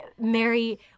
Mary